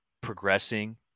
progressing